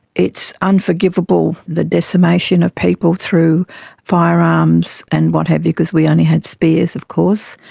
it's unforgivable, the decimation of people through firearms and what have you, because we only had spears, of course.